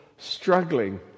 Struggling